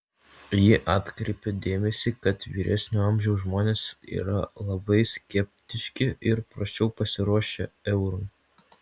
ji atkreipė dėmesį kad vyresnio amžiaus žmonės yra labiau skeptiški ir prasčiau pasiruošę eurui